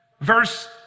Verse